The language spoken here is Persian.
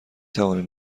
توانیم